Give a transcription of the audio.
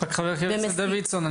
חבר הכנסת דוידסון,